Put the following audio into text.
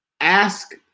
ask